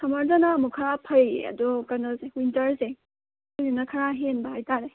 ꯁꯝꯃꯔꯗꯅ ꯑꯃꯨꯛ ꯈꯔ ꯐꯩꯌꯦ ꯑꯗꯣ ꯀꯩꯅꯣꯁꯦ ꯋꯤꯟꯇꯔꯁꯦ ꯁꯤꯁꯤꯅ ꯈꯔ ꯍꯦꯟꯕ ꯍꯥꯏꯇꯥꯔꯦ